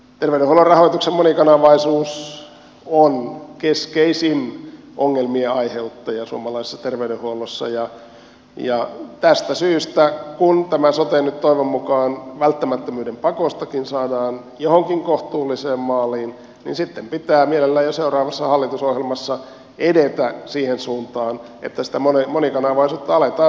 terveydenhuollon rahoituksen monikanavaisuus on keskeisin ongelmien aiheuttaja suomalaisessa terveydenhuollossa ja tästä syystä kun tämä sote nyt toivon mukaan välttämättömyyden pakostakin saadaan johonkin kohtuulliseen maaliin sitten pitää mielellään jo seuraavassa hallitusohjelmassa edetä siihen suuntaan että sitä monikanavaisuutta aletaan todella voimallisesti purkaa